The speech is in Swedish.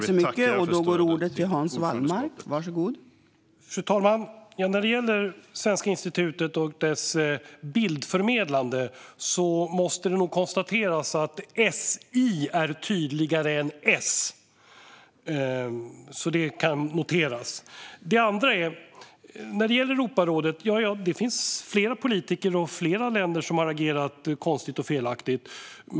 Fru talman! När det gäller Svenska institutet och dess bildförmedlande måste det nog konstateras att SI är tydligare än S. Det kan noteras. Det andra gäller Europarådet. Det finns flera politiker och flera länder som har agerat konstigt och felaktigt.